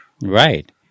Right